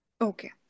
Okay